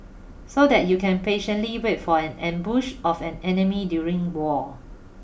so that you can patiently wait for an ambush of an enemy during war